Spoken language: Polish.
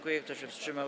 Kto się wstrzymał?